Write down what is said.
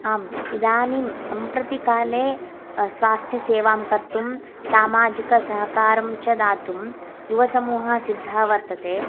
आम् इदानीं सम्प्रति काले स्वास्थ्यसेवां कर्तुं सामाजिकसहकारं च दातुं युवसमूह सिद्ध वर्तते